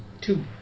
Two